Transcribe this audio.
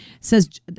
says